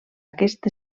aquest